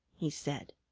he said.